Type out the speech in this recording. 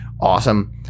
awesome